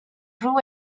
grew